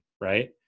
right